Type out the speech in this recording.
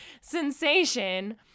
sensation